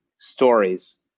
stories